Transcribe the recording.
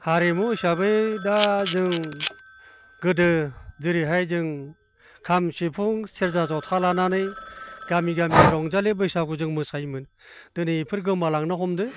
हारिमु हिसाबै दा जों गोदो जेरैहाय जों खाम सिफुं सेरजा जथा लानानै गामि गामि रंजालि बैसागु जों मोसायोमोन दिनै बेफोर गोमालांनो हमदों